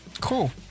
cool